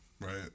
Right